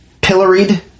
pilloried